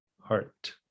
heart